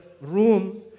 room